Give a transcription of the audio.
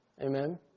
Amen